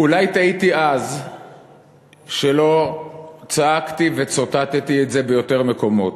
אולי טעיתי אז שלא צעקתי וציטטתי את זה ביותר מקומות.